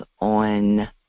on